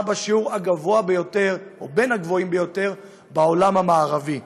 בשיעור מהגבוהים ביותר בעולם המערבי.